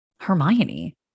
Hermione